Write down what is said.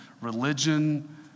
religion